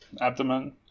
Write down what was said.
abdomen